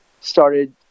started